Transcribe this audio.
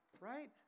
right